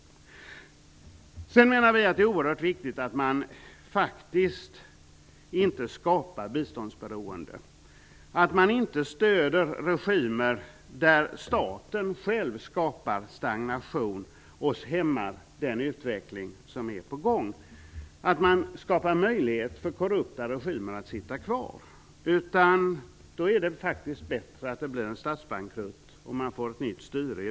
Det är oerhört viktigt att man inte skapar biståndsberoende. Man skall inte stödja regimer där staten själv skapar stagnation och hämmar den utveckling som är på gång. Vi skall inte skapa en möjlighet för korrupta regimer att sitta kvar. I dessa länder är det faktiskt bättre att det blir en statsbankrutt och ett nytt styre.